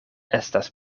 estas